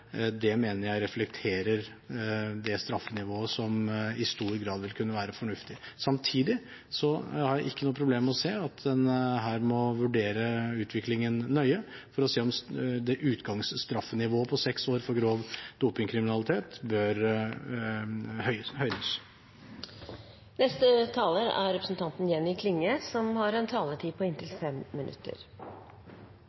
Det mener jeg reflekterer det straffenivået som i stor grad vil kunne være fornuftig. Samtidig har jeg ikke noe problem med å se at en her må vurdere utviklingen nøye for å se om utgangsstraffenivået på seks år for grov dopingkriminalitet bør høynes. Då eg kom inn i salen og såg kor få det var her, tenkte eg for det første på